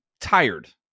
tired